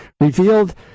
revealed